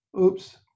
oops